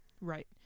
Right